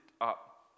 up